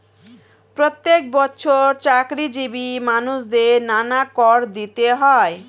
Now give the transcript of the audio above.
প্রত্যেক বছর চাকরিজীবী মানুষদের নানা কর দিতে হয়